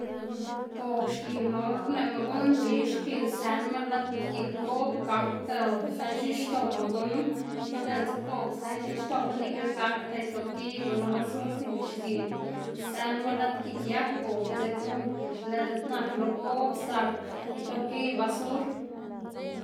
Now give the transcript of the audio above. goꞌb xkiꞌn or nëꞌma guꞌnn mbi, xkiꞌn sënma lad gik goꞌb gakda sën x̱inxtoma gunu lo diꞌltse goꞌb sën x̱inxtoma nikl gakda itopgiy gunu basur singa xkiꞌn sënmu lad gik yag goꞌb dzekna lëꞌ diꞌt nak lo goꞌb zak itopgiy basur.